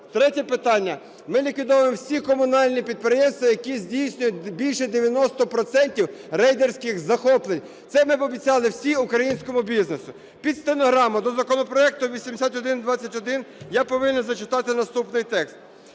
Третє питання. Ми ліквідовуємо всі комунальні підприємства, які здійснюють більше 90 процентів рейдерських захоплень. Це ми пообіцяли всі українському бізнесу. Під стенограму до законопроекту 8121 я повинен зачитати наступний текст.